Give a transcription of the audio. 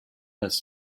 its